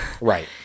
right